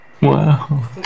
Wow